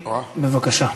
בבקשה.